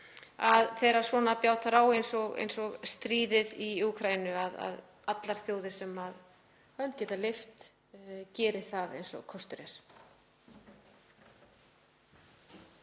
þegar svona bjátar á, eins og stríðið í Úkraínu, að allar þjóðir sem hendi geta lyft geri það eins og kostur er.